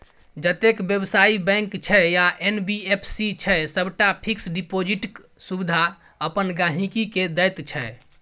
जतेक बेबसायी बैंक छै या एन.बी.एफ.सी छै सबटा फिक्स डिपोजिटक सुविधा अपन गांहिकी केँ दैत छै